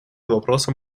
вопросам